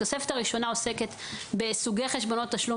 התוספת הראשונה עוסקת בסוגי חשבונות תשלום